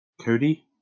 Cody